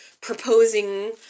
proposing